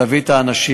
להביא את האנשים,